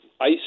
ice